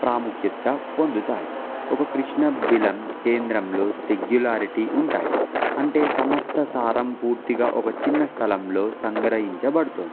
ప్రాముఖ్యత పొందుతాయి ఒక కృష్ణ బిలం కేంద్రంలో సింగులారిటీ ఉంటాయి అంటే సమస్థ సారం పూర్తిగా ఒక చిన్న స్థలంలో సంగ్రహించబడుతుంది